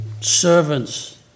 servants